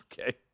okay